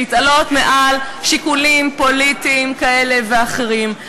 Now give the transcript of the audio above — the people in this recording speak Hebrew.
להתעלות מעל שיקולים פוליטיים כאלה ואחרים.